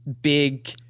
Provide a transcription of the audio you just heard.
big